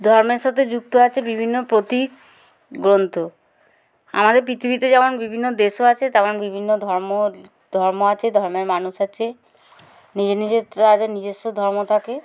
ধর্মের সাথে যুক্ত আছে বিভিন্ন প্রতীক গ্রন্থ আমাদের পৃথিবীতে যেমন বিভিন্ন দেশও আছে তেমন বিভিন্ন ধর্ম ধর্ম আছে ধর্মের মানুষ আছে নিজে নিজের তাদের নিজস্ব ধর্ম থাকে